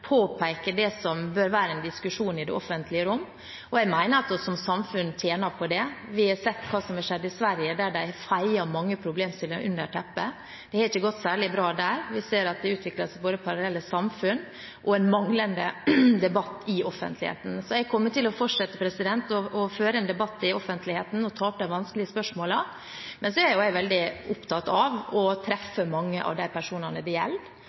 påpeke det som bør være en diskusjon i det offentlige rom. Jeg mener at vi som samfunn tjener på det. Vi har sett hva som har skjedd i Sverige, der de feide mange problemstillinger under teppet. Det har ikke gått særlig bra der. Vi ser at det utvikler seg både parallelle samfunn og en manglende debatt i offentligheten. Jeg kommer til å fortsette å føre en debatt i offentligheten og å ta opp de vanskelige spørsmålene. Men så er jeg opptatt av å treffe mange av de personene det